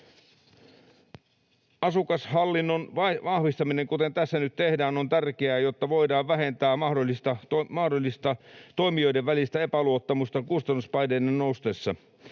Asukashallinnon vahvistaminen, kuten tässä nyt tehdään, on tärkeää, jotta voidaan vähentää mahdollista toimijoiden välistä epäluottamusta kustannuspaineiden noustessa.